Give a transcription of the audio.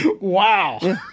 Wow